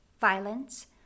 violence